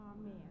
Amen